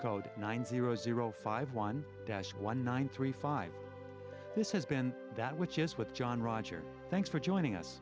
code nine zero zero five one dash one one three five this has been that which is what john rogers thanks for joining us